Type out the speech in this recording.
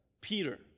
Peter